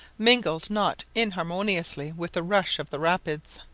mingled not inharmoniously with the rush of the rapids.